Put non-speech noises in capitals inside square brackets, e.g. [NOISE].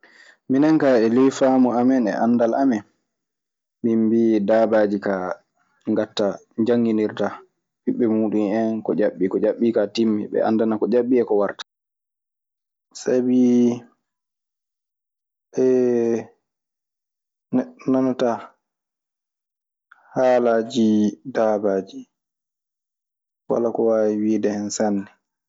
Minen kaa e ley faamuya amen e anndal amen, min mbii dabaaji kaa ngattaa njanginirtaa ɓiɓɓe muuɗun en ko ƴaɓɓii. Ko ƴaɓɓi kaa timmii, ɓe anndanaa ko ƴaɓɓii e ko warta. Sabii [HESITATION] neɗɗo nanataa haalaaji daabaaji, wala ko waawi wiide hen sanne.